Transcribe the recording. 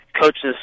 coaches